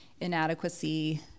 inadequacy